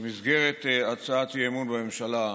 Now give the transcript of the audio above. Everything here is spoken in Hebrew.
במסגרת הצעת אי-אמון בממשלה,